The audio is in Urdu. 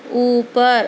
اُوپر